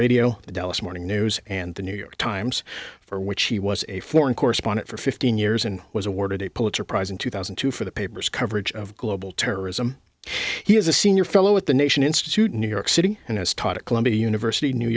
the dallas morning news and the new york times for which he was a foreign correspondent for fifteen years and was awarded a pulitzer prize in two thousand and two for the paper's coverage of global terrorism he is a senior fellow at the nation institute in new york city and has taught at columbia university new